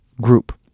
group